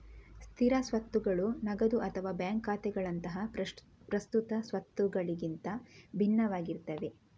ಸ್ಥಿರ ಸ್ವತ್ತುಗಳು ನಗದು ಅಥವಾ ಬ್ಯಾಂಕ್ ಖಾತೆಗಳಂತಹ ಪ್ರಸ್ತುತ ಸ್ವತ್ತುಗಳಿಗಿಂತ ಭಿನ್ನವಾಗಿರ್ತವೆ